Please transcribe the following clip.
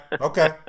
okay